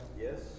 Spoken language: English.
Yes